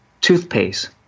toothpaste